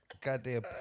Goddamn